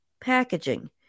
packaging